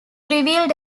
revealed